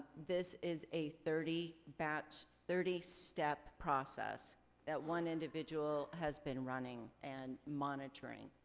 this is a thirty batch, thirty step process that one individual has been running and monitoring.